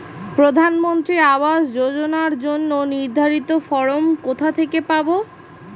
প্রধানমন্ত্রী আবাস যোজনার জন্য নির্ধারিত ফরম কোথা থেকে পাব?